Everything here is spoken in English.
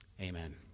Amen